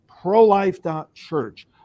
Prolife.church